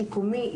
שיקומי,